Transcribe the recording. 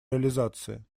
реализации